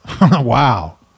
wow